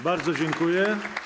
Bardzo dziękuję.